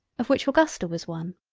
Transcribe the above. of which augusta was one.